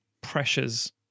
pressures